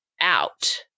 out